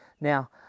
now